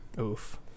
Oof